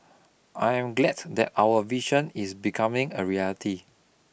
I am glad that our vision is becoming a reality